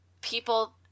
people